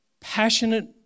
passionate